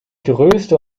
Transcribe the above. größte